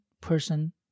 person